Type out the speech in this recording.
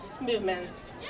movements